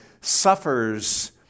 suffers